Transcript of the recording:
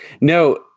No